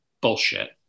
bullshit